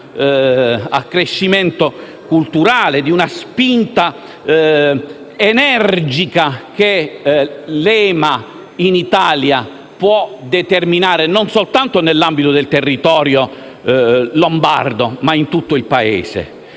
accrescimento culturale e di una spinta energica che l'EMA può determinare in Italia, non soltanto nell'ambito del territorio lombardo, ma in tutto il Paese.